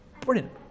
Brilliant